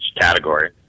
category